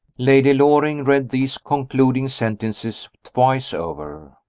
lady loring read these concluding sentences twice over.